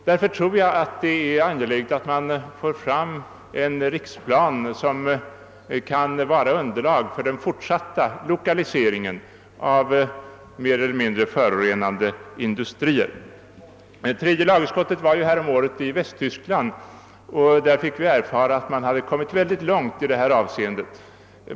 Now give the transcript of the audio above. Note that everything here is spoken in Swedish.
Därför tror jag att det är angeläget att man får fram en riktplan som kan utgöra underlag för den fortsatta lokaliseringen av mer eller mindre förorenande industrier. Tredje lagutskottet gjorde häromåret en resa till Västtyskland. Vi fick erfara att man där kommit mycket långt i detta avseende.